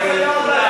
לא סגרת את,